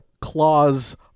clause